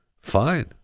fine